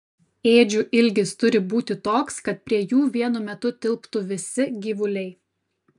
ėdžių ilgis turi būti toks kad prie jų vienu metu tilptų visi gyvuliai